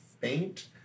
faint